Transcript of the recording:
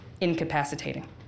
incapacitating